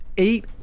Eight